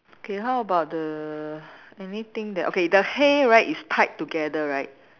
okay how about the anything that okay the hay right is tied together right